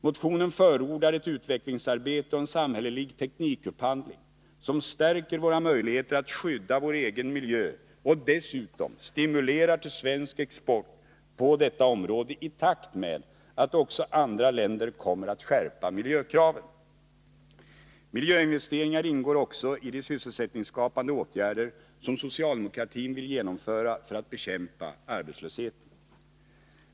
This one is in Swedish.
Motionen förordar ett utvecklingsarbete och en samhällelig teknikupphandling som stärker våra möjligheter att skydda vår egen miljö och dessutom stimulerar till svensk export på detta område i takt med att också andra länder skärper miljökraven. Miljöinvesteringar ingår också i de sysselsättningsskapande åtgärder som socialdemokratin vill genomföra för att bekämpa arbetslösheten.